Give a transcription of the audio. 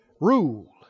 rule